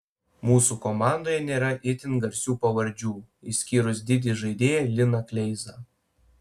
mūsų komandoje nėra itin garsių pavardžių išskyrus didį žaidėją liną kleizą